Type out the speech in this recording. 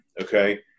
okay